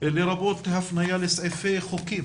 לרבות הפנייה לסעיפי חוקים